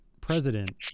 president